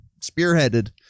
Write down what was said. spearheaded